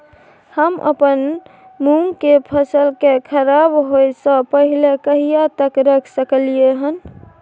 हम अपन मूंग के फसल के खराब होय स पहिले कहिया तक रख सकलिए हन?